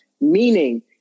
Meaning